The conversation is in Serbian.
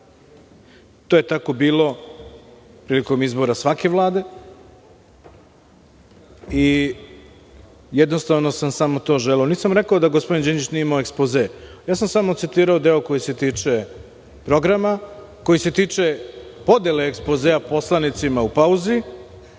To je tako bilo prilikom izbora svake Vlade. Jednostavno sam samo to želeo. Nisam rekao da gospodin Đinđić nije imao ekspoze, samo sam citirao deo koji se tiče programa, koji se tiče podele ekspozea poslanicima u pauzi,